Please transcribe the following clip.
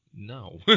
No